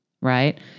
right